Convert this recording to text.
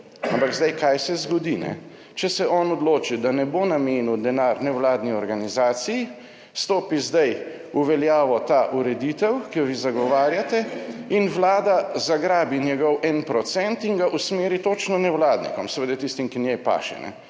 Ampak zdaj, kaj se zgodi, če se on odloči, da ne bo namenil denar nevladni organizaciji, stopi zdaj v veljavo ta ureditev, ki jo vi zagovarjate, in vlada zagrabi njegov 1 % in ga usmeri točno nevladnikom, seveda tistim, ki njej paše.